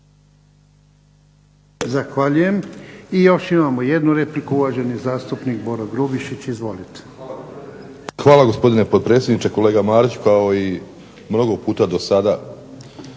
Hvala gospodine potpredsjedniče. Kolega Marić kao i mnogo puta do sada